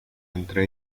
entre